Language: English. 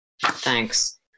Thanks